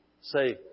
say